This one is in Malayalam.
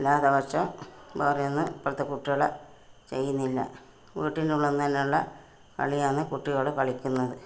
അല്ലാത്ത പക്ഷം വേറെ ഒന്നും ഇപ്പോഴത്തെ കുട്ടികൾ ചെയ്യുന്നില്ല വീടിൻ്റെ ഉള്ളിൽ നിന്നുതന്നെ ഉള്ള കളിയാണ് കുട്ടികൾ കളിക്കുന്നത്